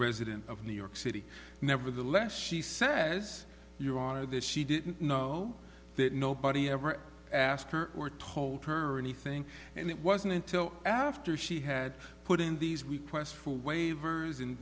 resident of new york city nevertheless she says your honor this she didn't know that nobody ever asked her or told her anything and it wasn't until after she had put in these we quest for waivers